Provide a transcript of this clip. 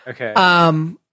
Okay